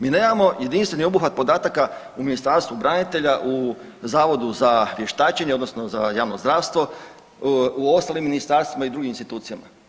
Mi nemamo jedinstveni obuhvat podataka u Ministarstvu branitelja, u Zavodu za vještačenje odnosno za javno zdravstvo, u ostalim ministarstvima i drugim institucijama.